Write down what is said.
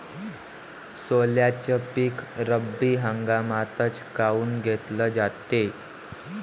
सोल्याचं पीक रब्बी हंगामातच काऊन घेतलं जाते?